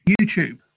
YouTube